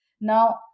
Now